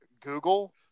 Google